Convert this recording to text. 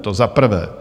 To za prvé.